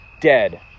dead